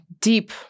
deep